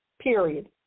Period